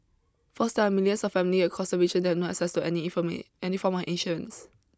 first there are still millions of families across the region that have no access to any any form of insurance